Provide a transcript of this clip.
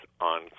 on